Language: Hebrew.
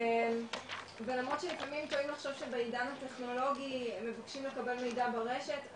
ולמרות שלפעמים טועים לחשוב שבעידן הטכנולוגי מבקשים לקבל מידע ברשת,